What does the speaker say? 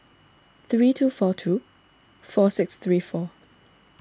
three two four two four six three four